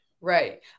right